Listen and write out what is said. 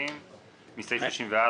מסעיף 34,